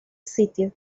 sitio